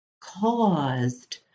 caused